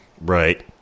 Right